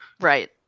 Right